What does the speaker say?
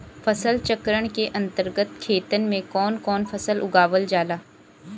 फसल चक्रण के अंतर्गत खेतन में कवन कवन फसल उगावल जाला?